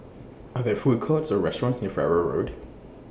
Are There Food Courts Or restaurants near Farrer Road